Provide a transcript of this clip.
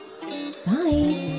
Bye